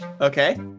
Okay